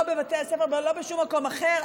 לא בבתי הספר ולא בשום מקום אחר.